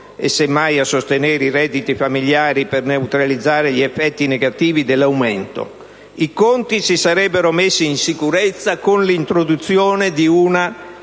e semmai a sostenere i redditi familiari per neutralizzare gli effetti negativi dell'aumento dell'IVA. I conti si sarebbero messi in sicurezza con l'introduzione di una